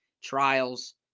Trials